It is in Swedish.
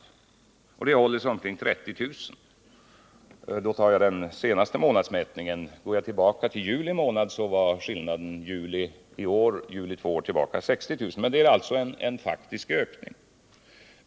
Denna ökning uppgår till omkring 30 000, enligt den senaste månadsmätningen. Om man går tillbaka till juli månad finner man att skillnaden jämfört med juli för två år sedan var 60 000. Men det är alltså en faktisk ökning.